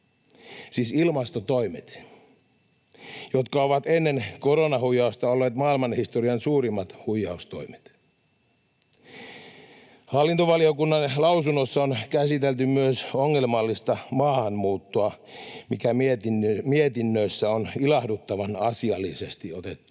siis ilmastotoimet, jotka ovat ennen koronahuijausta olleet maailmanhistorian suurimmat huijaustoimet. Hallintovaliokunnan lausunnossa on käsitelty myös ongelmallista maahanmuuttoa, mikä mietinnössä on ilahduttavan asiallisesti otettu